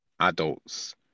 adults